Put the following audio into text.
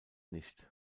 nicht